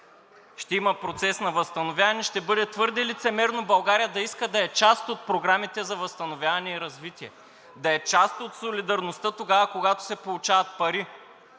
ще има процес на възстановяване и ще бъде твърде лицемерно България да иска да е част от програмите за възстановяване и развитие, да е част от солидарността тогава, когато се получават пари,